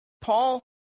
Paul